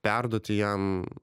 perduoti jam